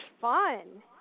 fun